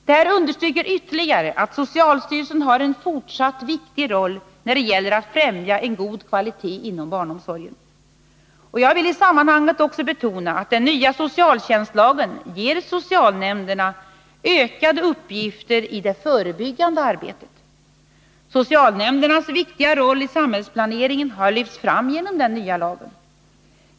Detta understryker ytterligare att socialstyrelsen har en fortsatt viktig roll när det gäller att främja en god kvalitet inom barnomsorgen. Jag vill i detta sammanhang också betona att den nya socialtjänstlagen ger socialnämnderna ökade uppgifter i det förebyggande arbetet. Socialnämndernas viktiga roll i samhällsplaneringen har lyfts fram genom den nya lagen.